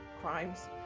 crimes